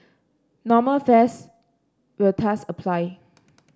normal fares will thus apply